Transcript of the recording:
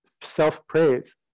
self-praise